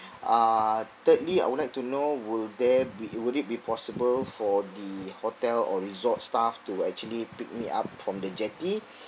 uh thirdly I would like to know will there be would it be possible for the hotel or resort staff to actually pick me up from the jetty